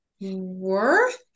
worth